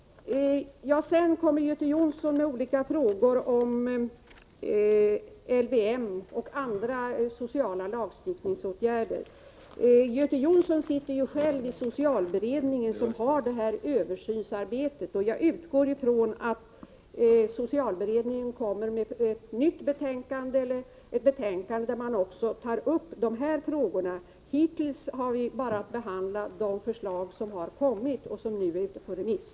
Göte Jonsson ställde olika frågor om LVM och andra sociala lagstiftningsåtgärder. Göte Jonsson sitter ju själv i socialberedningen som utför detta översynsarbete, och jag utgår från att socialberedningen kommer med ett betänkande där man också tar upp dessa frågor. Hittills har vi bara att behandla de förslag som har kommit och som nu är ute på remiss.